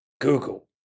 Google